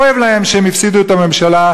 כואב להם שהם הפסידו את הממשלה?